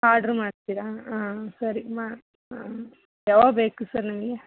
order ಮಾಡ್ತೀರಾ ಆಂ ಸರಿ ಮಾ ಯಾವಾಗ ಬೇಕು ಸರ್ ನಿಮಗೆ